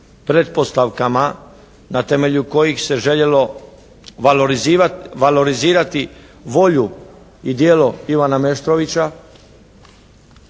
pretpostavkama na temelju kojih se željelo valorizirati volju i djelo Ivana Meštrovića,